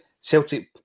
Celtic